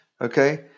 okay